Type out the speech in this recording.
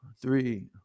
three